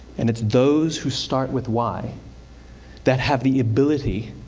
and it's those who start with why that have the ability